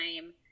time